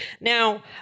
Now